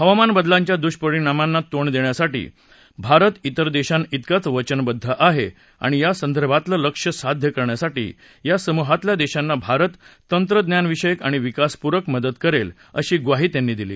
हवामान बदलाच्या दुष्परिणामांना तोंड देण्यासाठी भारत इतर देशांइतकाच वचनबद्द आहे आणि या संदर्भातलं लक्ष्य साध्य करण्यासाठी या समूहातल्या देशांना भारत तंत्रज्ञानविषयक आणि विकासपूरक मदत करेल अशी ग्वाही त्यांनी दिली